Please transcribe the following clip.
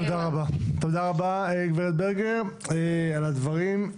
תודה רבה גברת ברגר על הדברים.